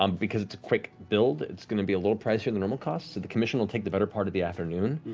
um because it's a quick build, it's going to be a little pricier than normal cost, so the commission will take the better part of the afternoon,